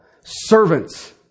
Servants